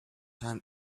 time